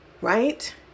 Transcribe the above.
right